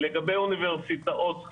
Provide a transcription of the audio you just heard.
לגבי אוניברסיטאות,